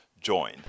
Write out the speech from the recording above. join